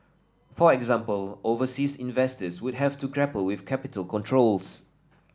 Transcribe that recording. for example overseas investors would have to grapple with capital controls